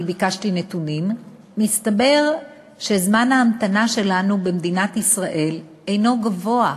ביקשתי נתונים: מסתבר שזמן ההמתנה במדינת ישראל אינו גבוה,